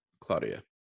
Claudia